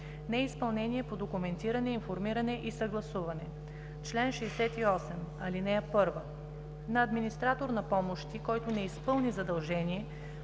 „Неизпълнение по документиране, информиране и съгласуване Чл. 68. (1) На администратор на помощ, който не изпълни задължение